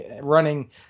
running